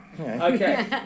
Okay